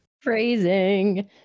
Phrasing